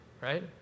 right